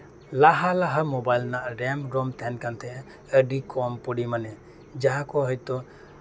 ᱞᱟᱦᱟ ᱞᱟᱦᱟ ᱢᱳᱵᱟᱭᱤᱞ ᱨᱮᱭᱟᱜ ᱨᱮᱢ ᱨᱳᱢ ᱛᱟᱦᱮᱱ ᱠᱟᱱ ᱛᱟᱦᱮᱫ ᱮᱠ ᱡᱤ ᱵᱤ ᱠᱚᱢ ᱯᱚᱨᱤᱢᱟᱱᱮ ᱡᱟᱦᱟᱠᱚ ᱱᱤᱛᱚᱜ